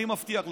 אני מבטיח לכם.